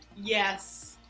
yes,